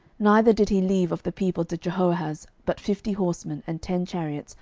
neither did he leave of the people to jehoahaz but fifty horsemen, and ten chariots,